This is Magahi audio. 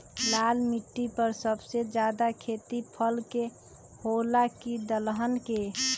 लाल मिट्टी पर सबसे ज्यादा खेती फल के होला की दलहन के?